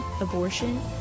abortion